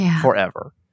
forever